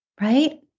Right